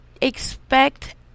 expect